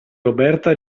roberta